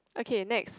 okay next